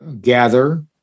gather